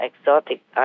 exotic